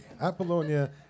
Apollonia